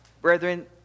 Brethren